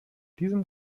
diesem